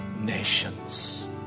nations